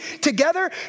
together